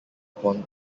upon